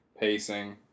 pacing